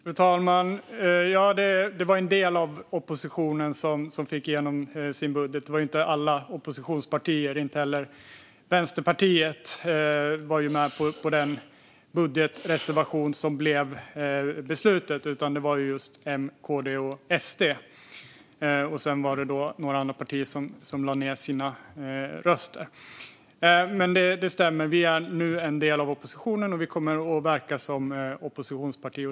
Fru talman! Ja, det var en del av oppositionen som fick igenom sin budget. Det var inte alla oppositionspartier. Inte heller Vänsterpartiet var med på den budgetreservation som blev beslutad. Det var just M, KD och SD. Sedan var det några andra partier som lade ned sina röster. Men det stämmer att vi nu är en del av oppositionen, och vi kommer att verka som oppositionsparti.